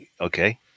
Okay